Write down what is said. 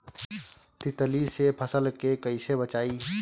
तितली से फसल के कइसे बचाई?